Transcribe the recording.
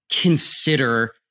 consider